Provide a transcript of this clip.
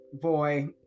boy